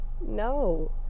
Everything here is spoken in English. no